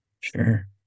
Sure